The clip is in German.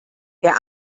der